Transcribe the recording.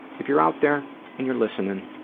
if you're out there and you're listening,